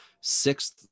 sixth